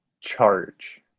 Charge